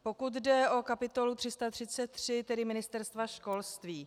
Pokud jde o kapitulo 333, tedy Ministerstva školství.